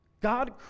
God